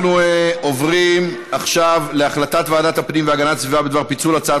אנחנו עוברים להצעת ועדת הפנים והגנת הסביבה בדבר פיצול הצעת